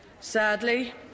Sadly